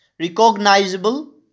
recognizable